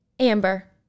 Amber